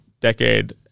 decade